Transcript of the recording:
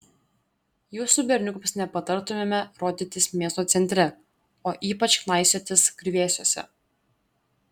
jūsų berniukams nepatartumėme rodytis miesto centre o ypač knaisiotis griuvėsiuose